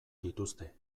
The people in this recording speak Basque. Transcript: dituzte